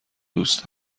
دوست